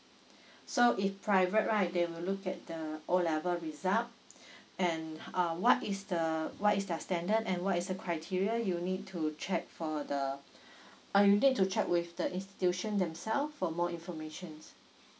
so if private right they will look at the O level result and um what is the what is their standard and what is the criteria you need to check for the you need to check with the institution themself for more information